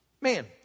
Man